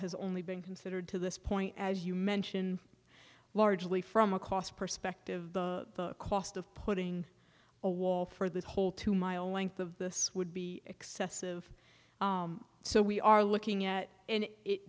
has only been considered to this point as you mentioned largely from a cost perspective the cost of putting a wall for the whole two mile length of this would be excessive so we are looking at and